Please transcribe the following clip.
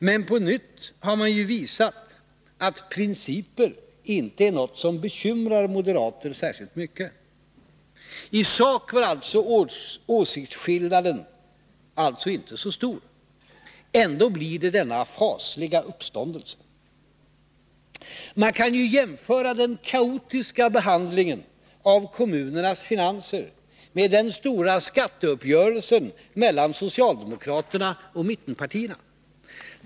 Men på nytt har man ju visat att principer inte är något som bekymrar moderater särskilt mycket. I sak var åsiktsskillnaden alltså inte så stor. Ändå blir det denna fasliga uppståndelse. Man kan jämföra den kaotiska behandlingen av kommunernas finanser med den stora skatteuppgörelsen mellan socialdemokraterna och mittenpartierna.